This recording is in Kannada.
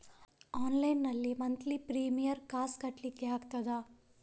ಆನ್ಲೈನ್ ನಲ್ಲಿ ಮಂತ್ಲಿ ಪ್ರೀಮಿಯರ್ ಕಾಸ್ ಕಟ್ಲಿಕ್ಕೆ ಆಗ್ತದಾ?